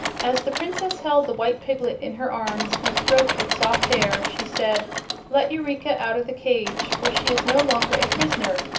as the princess held the white piglet in her arms and stroked its soft hair she said let eureka out of the cage, for she is no longer a prisoner,